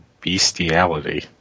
bestiality